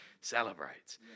celebrates